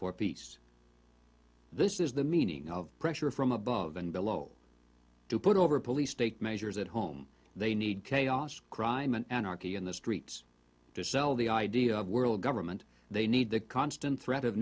for peace this is the meaning of pressure from above and below to put over police take measures at home they need chaos crime and anarchy in the streets to sell the idea of world government they need the constant threat of